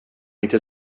inte